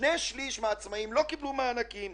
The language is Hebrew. ששני שליש מהעצמאיים לא קיבלו מענקים.